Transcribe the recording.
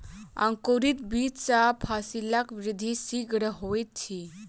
अंकुरित बीज सॅ फसीलक वृद्धि शीघ्र होइत अछि